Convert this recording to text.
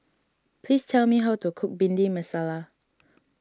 please tell me how to cook Bhindi Masala